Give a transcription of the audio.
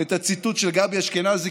את הציטוט של גבי אשכנזי,